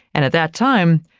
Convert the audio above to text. and at that time,